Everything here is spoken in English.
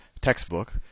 textbook